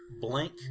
blank